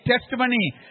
testimony